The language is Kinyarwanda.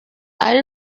ari